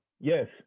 Yes